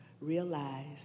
realize